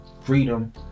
freedom